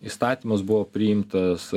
įstatymas buvo priimtas